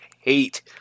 hate